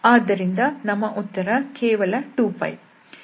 ಆದ್ದರಿಂದ ನಮ್ಮ ಉತ್ತರ ಕೇವಲ 2π